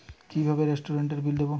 কিভাবে রেস্টুরেন্টের বিল দেবো?